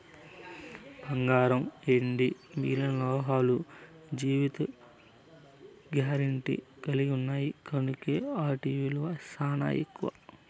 బంగారం, ఎండి మిగిలిన లోహాలు జీవిత గారెంటీ కలిగిన్నాయి కనుకే ఆటి ఇలువ సానా ఎక్కువ